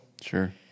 Sure